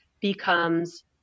becomes